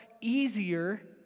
easier